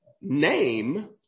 Name